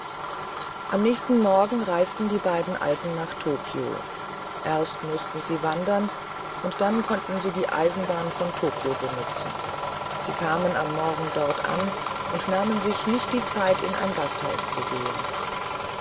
am nächsten morgen reisten die beiden alten nach tokio erst mußten sie wandern und dann konnten sie die eisenbahn nach tokio benützen sie kamen am morgen dort an und nahmen sich nicht die zeit in ein gasthaus zu gehen